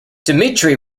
dmitry